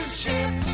ship